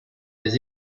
les